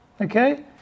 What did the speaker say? Okay